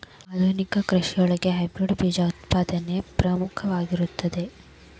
ಆಧುನಿಕ ಕೃಷಿಯೊಳಗ ಹೈಬ್ರಿಡ್ ಬೇಜ ಉತ್ಪಾದನೆ ಪ್ರಮುಖವಾಗಿದೆ